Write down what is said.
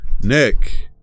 Nick